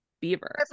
Beaver